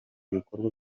ibikorwa